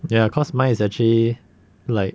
ya cause mine is actually like